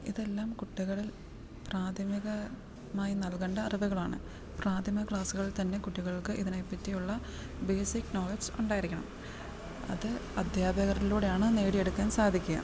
ഇതെല്ലാം കുട്ടികളിൽ പ്രാഥമികമായി നൽകേണ്ട അറിവുകളാണ് പ്രാഥമ ക്ലാസ്സുകളിൽ തന്നെ കുട്ടികൾക്ക് ഇതിനെപ്പറ്റിയുള്ള ബേസിക് നോളജ് ഉണ്ടായിരിക്കണം അത് അധ്യാപകരിലൂടെയാണ് നേടി എടുക്കാൻ സാധിക്കുക